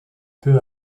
peu